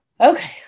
Okay